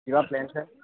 কিবা প্লেন শ্লেন